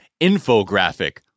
infographic